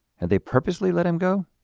and they purposely let him go?